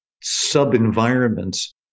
sub-environments